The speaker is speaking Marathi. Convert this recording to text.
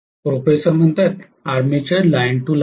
professor armature line to line